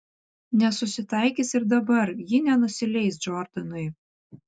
nesusitaikys ir dabar ji nenusileis džordanui